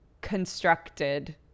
constructed